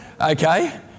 Okay